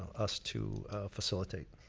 us to facilitate.